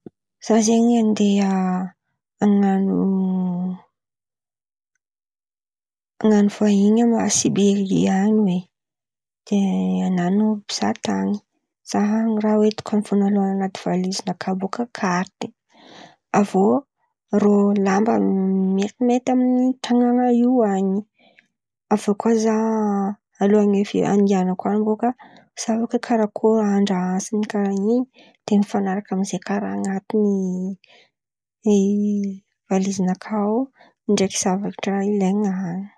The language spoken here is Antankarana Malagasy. Zah zen̈y andeha a- an̈ano an̈ano vahiny an̈y Siberia an̈y oe. Ke han̈ano mpizaha tan̈y zah any, raha hoentiko voalalohan̈y an̈aty valizy nakà bôka karity, avô rô lamba metimety amin̈'ny tanàn̈a io an̈y, avô koa zah alohan̈y andehen̈ako an̈y bakà zahavako karàkôry andra an̈y, karà in̈y de mifan̈araka amin'izen̈y kà raha an̈atiny ny valizy nakà ao ndraiky zaka ndraha ilain̈a.